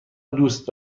دوست